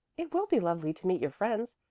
it will be lovely to meet your friends.